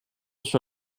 sur